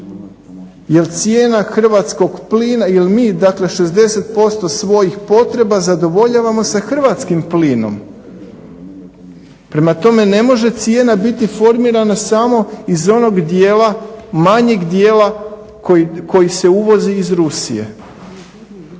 jer cijena hrvatskog plina, jer mi dakle 60% svojih potreba zadovoljavamo sa hrvatskim plinom. Prema tome, ne može cijena biti formirana samo iz onog dijela, manjeg dijela koji se uvozi iz Rusije.